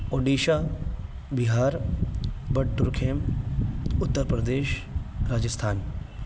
اڑیشہ بہار بٹرکھیم اتر پردیش راجستھان